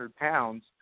pounds